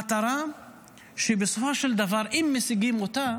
במטרה שבסופו של דבר אם משיגים אותה